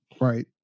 Right